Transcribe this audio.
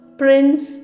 prince